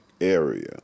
area